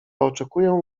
oczekuję